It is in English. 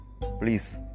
Please